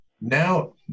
now